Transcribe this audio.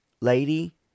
lady